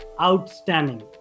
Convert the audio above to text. outstanding